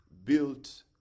built